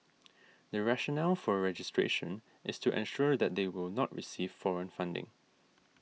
the rationale for registration is to ensure that they will not receive foreign funding